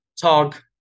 talk